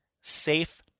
safe